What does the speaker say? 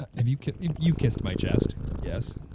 i mean you've you've kissed my chest, yes.